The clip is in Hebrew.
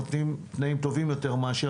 ניתן לקבל תנאים טובים יותר מגורמי המימון החוץ